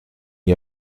n’y